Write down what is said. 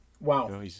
Wow